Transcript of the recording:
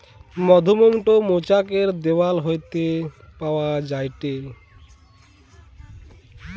মধুমোম টো মৌচাক এর দেওয়াল হইতে পাওয়া যায়টে